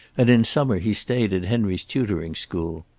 and in summer he stayed at henry's tutoring school.